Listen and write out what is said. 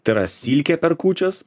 tai yra silkė per kūčias